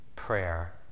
prayer